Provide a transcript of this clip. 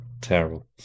Terrible